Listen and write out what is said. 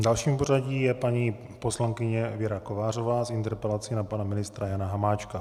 Dalším v pořadí je paní poslankyně Věra Kovářová s interpelací na pana ministra Jana Hamáčka.